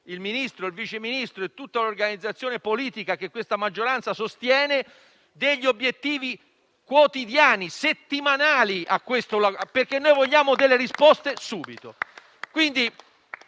il Ministro, il Vice ministro e tutta l'organizzazione politica che questa maggioranza sostiene, degli obiettivi quotidiani o settimanali, perché vogliamo delle risposte subito.